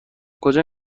کجا